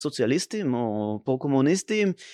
סוציאליסטים או פולקומוניסטים